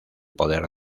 poder